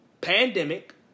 pandemic